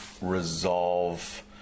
resolve